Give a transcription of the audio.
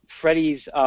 Freddie's